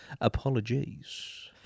Apologies